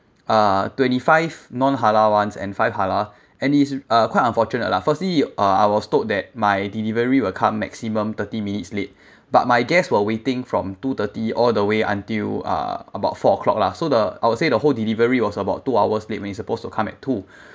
uh twenty five non halal ones and five halal and is uh quite unfortunate lah firstly uh I was told that my delivery will come maximum thirty minutes late but my guest were waiting from two thirty all the way until uh about four o'clock lah so the I would say the whole delivery was about two hours late when he supposed to come at two